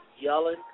yelling